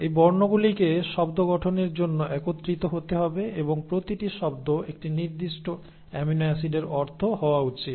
এই বর্ণগুলিকে শব্দ গঠনের জন্য একত্রিত হতে হবে এবং প্রতিটি শব্দ একটি নির্দিষ্ট অ্যামিনো অ্যাসিডের অর্থ হওয়া উচিত